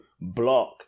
block